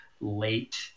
late